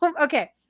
okay